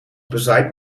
bezaaid